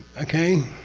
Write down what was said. okay?